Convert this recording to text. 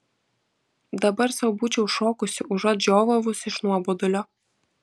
dabar sau būčiau šokusi užuot žiovavus iš nuobodulio